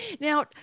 Now